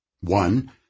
One